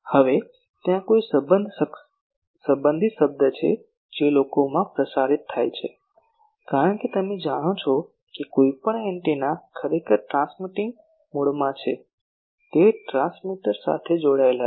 હવે ત્યાં કોઈ સંબંધિત શબ્દ છે જે લોકોમાં પ્રસારિત થાય છે કારણ કે તમે જાણો છો કે કોઈપણ એન્ટેના ખરેખર ટ્રાન્સમિટિંગ મોડમાં છે તે ટ્રાન્સમીટર સાથે જોડાયેલ છે